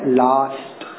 last